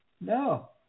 No